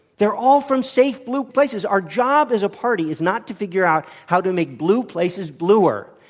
they're all from safe blue places. our job as a party is not to figure out how to make blue places bluer.